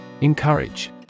Encourage